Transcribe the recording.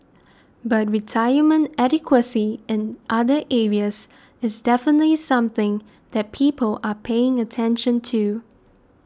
but retirement adequacy in other areas is definitely something that people are paying attention to